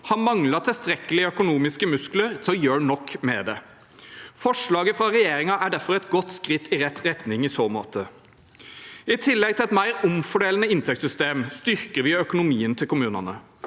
har manglet tilstrekkelig økonomiske muskler til å gjøre nok med dette. Forslaget fra regjeringen er derfor et godt skritt i rett retning i så måte. I tillegg til et mer omfordelende inntektssystem styrker vi økonomien til kommunene.